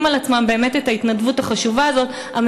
על עצמם את ההתנדבות החשובה הזאת באמת,